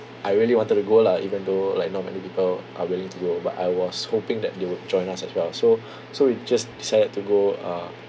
I really wanted to go lah even though like not many people are willing to go but I was hoping that they would join us as well so so we just decided to go uh